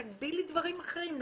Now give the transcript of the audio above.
תגבילי דברים אחרים.